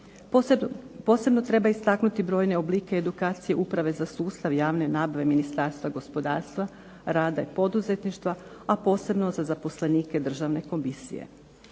Posebno treba istaknuti brojne oblike edukacije uprave za sustav javne nabave Ministarstva gospodarstva, rada i poduzetništva a posebno za zaposlenike državne komisije.